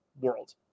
world